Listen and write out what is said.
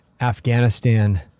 Afghanistan